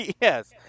Yes